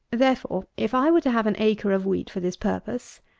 therefore, if i were to have an acre of wheat for this, purpose,